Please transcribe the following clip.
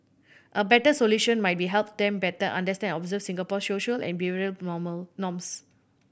a better solution might be help them better understand observe Singapore's social and behavioural normal norms